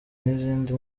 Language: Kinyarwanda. n’izindi